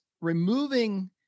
removing